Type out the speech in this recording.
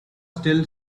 still